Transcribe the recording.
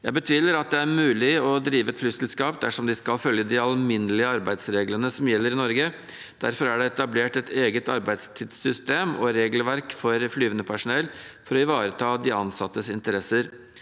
Jeg betviler at det er mulig å drive et flyselskap dersom de skal følge de alminnelige arbeidslivsreglene som gjelder i Norge. Derfor er det etablert et eget arbeidstidssystem og regelverk for flygende personell for å ivareta de ansattes interesser.